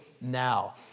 now